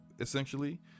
essentially